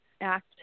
act